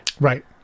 right